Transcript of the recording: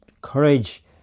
courage